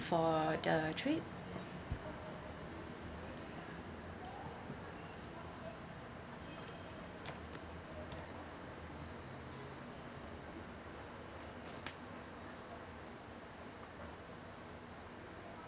for the trip